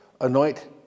anoint